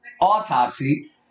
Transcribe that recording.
autopsy